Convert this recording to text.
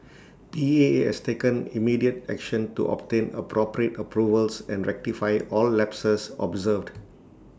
P A has taken immediate action to obtain appropriate approvals and rectify all lapses observed